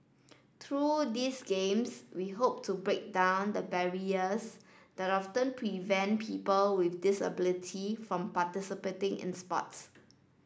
through these games we hope to break down the barriers that often prevent people with disability from participating in sports